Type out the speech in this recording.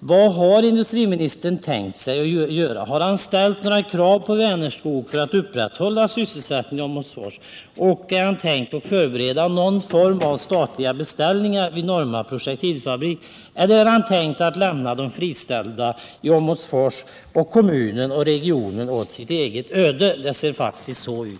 Vad har industriministern tänkt göra? Har industriministern ställt några krav på Vänerskog att upprätthålla sysselsättningen i Åmotfors? Har industriministern förberett någon form av statliga beställningar vid Norma Projektilfabrik eller skall de friställda i Åmotfors, i kommunen och i regionen lämnas åt sitt eget öde? Det ser faktiskt så ut.